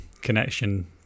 connection